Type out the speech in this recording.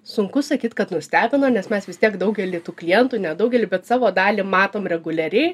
sunku sakyt kad nustebino nes mes vis tiek daugelį tų klientų ne daugelį bet savo dalį matom reguliariai